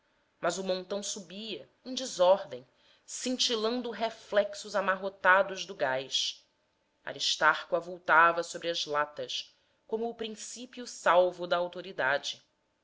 mas o montão subia em desordem cintilando reflexos amarrotados do gás aristarco avultava sobre as latas como o principio salvo da autoridade